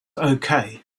okay